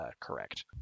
correct